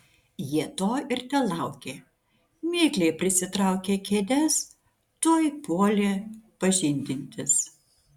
jie to ir telaukė mikliai prisitraukę kėdes tuoj puolė pažindintis